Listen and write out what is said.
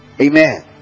amen